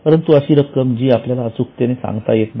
परंतु अशी रक्कम जी आपल्याला अचूकतेने सांगता येत नाही